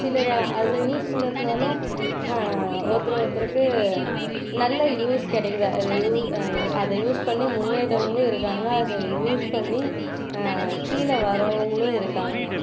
சிலர் அதை யூஸ் பண்ணுறதுனால ஒருத்தர் ஒருத்தருக்கு நல்ல யூஸ் கிடைக்கிது அதை யூ இதை அதை யூஸ் பண்ணி முன்னேறவங்களும் இருக்காங்க அதை யூஸ் பண்ணி கீழே வர்றவங்களும் இருக்காங்கள்